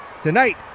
tonight